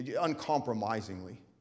Uncompromisingly